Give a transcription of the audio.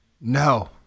No